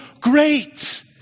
great